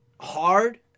hard